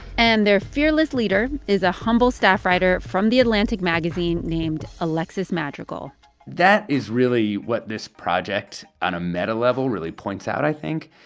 and their fearless leader is a humble staff writer from the atlantic magazine named alexis madrigal that is really what this project, on a metalevel, really points out, i think,